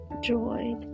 Joy